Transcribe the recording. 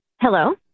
Hello